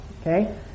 Okay